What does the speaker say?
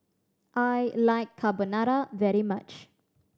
I like Carbonara very much